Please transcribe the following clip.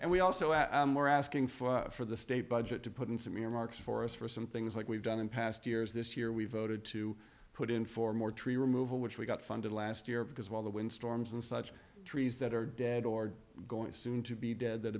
and we also add more asking for for the state budget to put in some earmarks for us for some things like we've done in past years this year we voted to put in for more tree removal which we got funded last year because while the wind storms and such trees that are dead or going to soon to be dead that